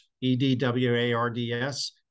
E-D-W-A-R-D-S